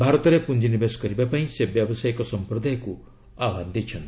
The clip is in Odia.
ଭାରତରେ ପୁଞ୍ଜିନିବେଶ କରିବାକୁ ସେ ବ୍ୟବସାୟୀକ ସମ୍ପ୍ରଦାୟକୁ ଆହ୍ୱାନ ଦେଇଛନ୍ତି